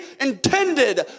intended